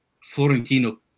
Florentino